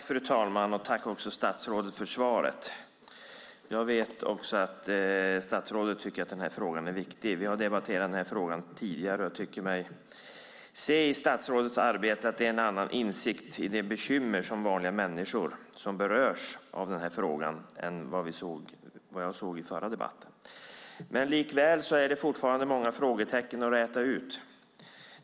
Fru talman! Tack, statsrådet, för svaret! Jag vet att statsrådet tycker att den här frågan är viktig. Vi har debatterat frågan tidigare, och jag tycker mig se i statsrådets arbete en annan insikt i de bekymmer som vanliga människor har som berörs av frågan än vad vi såg i förra debatten. Likväl är det fortfarande många frågetecken att räta ut.